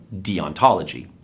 deontology